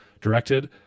directed